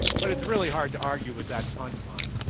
but it's really hard to argue with that punchline.